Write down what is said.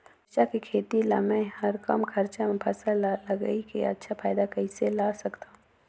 मिरचा के खेती ला मै ह कम खरचा मा फसल ला लगई के अच्छा फायदा कइसे ला सकथव?